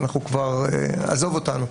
עזוב אותנו,